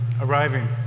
arriving